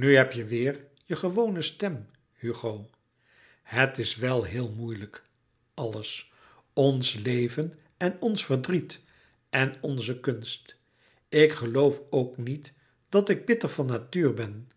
nu heb je weêr je gewone stem hugo het is wel heel moeilijk alles ons leven en ons verdriet en onze kunst ik geloof ook niet dat ik bitter van natuur ben